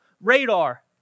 radar